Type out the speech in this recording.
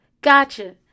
Gotcha